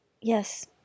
Yes